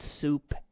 soup